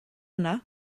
yna